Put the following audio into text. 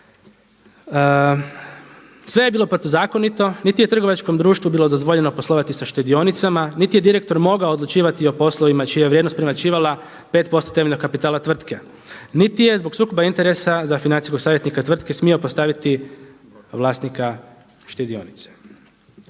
Sve je bilo protuzakonito, niti je trgovačkom društvo bilo dozvoljeno poslovati sa štedionicama, niti je direktor mogao odlučivati o poslovima čija je vrijednost premašivala 5% temeljnog kapitala tvrtke. Niti je zbog sukoba interesa za financijskog savjetnika tvrtke smio postaviti vlasnika štedionice.